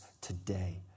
today